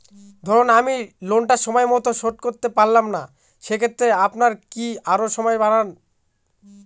ধরুন আমি লোনটা সময় মত শোধ করতে পারলাম না সেক্ষেত্রে আপনার কি আরো সময় বাড়ান?